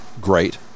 great